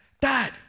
dad